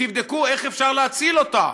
ותבדקו איך אפשר להציל אותה.